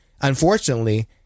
unfortunately